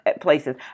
places